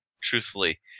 truthfully